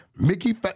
Mickey